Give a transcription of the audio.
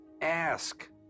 Ask